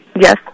Yes